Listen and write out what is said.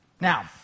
Now